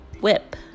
whip